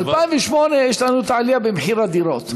ב-2008, יש לנו את העלייה במחיר הדירות.